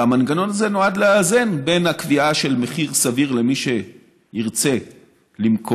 והמנגנון הזה נועד לאזן בין הקביעה של מחיר סביר למי שירצה למכור,